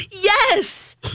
Yes